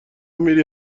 میری